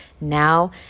Now